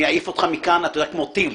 אני אעיף אותך מכאן כמו טיל.